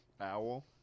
Owl